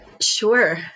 Sure